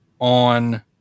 on